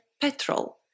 petrol